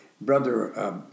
brother